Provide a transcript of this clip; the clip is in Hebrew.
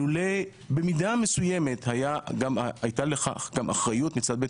לולא במידה מסוימת הייתה לכך גם אחריות לצד בית